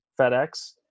fedex